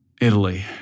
Italy